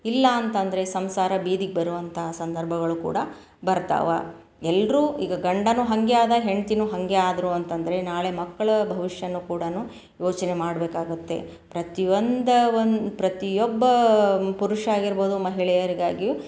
ಇಲ್ಲ ಅಂತಂದರೆ ಸಂಸಾರ ಬೀದಿಗೆ ಬರುವಂಥ ಸಂದರ್ಭಗಳು ಕೂಡ ಬರ್ತಾವೆ ಎಲ್ಲರು ಈಗ ಗಂಡನೂ ಹಾಗೆ ಆದ ಹೆಂಡ್ತಿನೂ ಹಾಗೆ ಆದರು ಅಂತಂದರೆ ನಾಳೆ ಮಕ್ಕಳ ಭವಿಷ್ಯನೂ ಕೂಡ ಯೋಚನೆ ಮಾಡಬೇಕಾಗತ್ತೆ ಪ್ರತಿ ಒಂದು ಒಂದು ಪ್ರತಿಯೊಬ್ಬ ಪುರುಷ ಆಗಿರ್ಬೋದು ಮಹಿಳೆಯರಿಗಾಗಿ